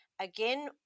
Again